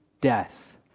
Death